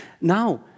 Now